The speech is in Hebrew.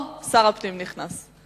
שר הפנים נכנס.